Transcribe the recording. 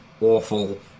awful